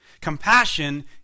Compassion